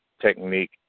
technique